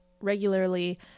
regularly